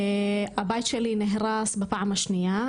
הבית שלי נהרס בפעם השנייה,